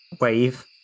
wave